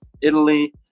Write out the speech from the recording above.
Italy